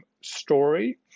story